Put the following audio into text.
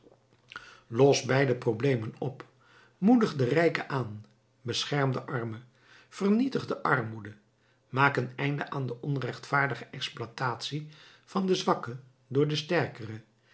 los beide problemen op moedig den rijke aan bescherm den arme vernietig de armoede maak een einde aan de onrechtvaardige exploitatie van den zwakke door den sterkere